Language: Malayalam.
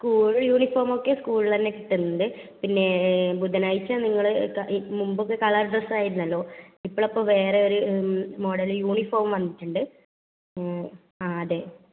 സ്കൂൾ യൂണിഫോമൊക്കെ സ്കൂൾ തന്നെ കിട്ടുന്നുണ്ട് പിന്നെ ബുധനാഴ്ച നിങ്ങൾ മുമ്പൊക്കെ കളർ ഡ്രസ്സ് ആയിരുന്നല്ലോ ഇപ്പളപ്പോ വേറെ ഒരു മോഡൽ യൂണിഫോം വന്നിട്ടുണ്ട് ആ അതെ